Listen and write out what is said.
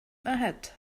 ahead